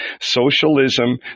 socialism